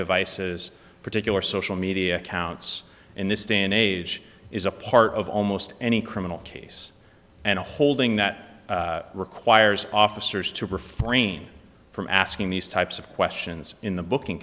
devices particular social media accounts in this day and age is a part of almost any criminal case and a holding that requires officers to refer from asking these types of questions in the bookin